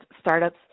startups